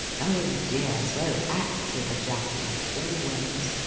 oh dear, so active a justice always!